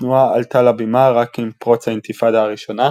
התנועה עלתה לבימה רק עם פרוץ האינתיפאדה הראשונה,